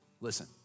Listen